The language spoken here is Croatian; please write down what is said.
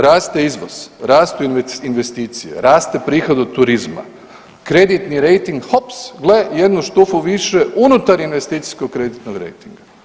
Raste izvoz, rastu investicije, raste prihod od turizma, kreditni rejting, hops, gle, jednu štufu više unutar investicijskog kreditnog rejtinga.